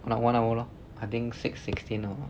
about one hour lor I think six sixteen orh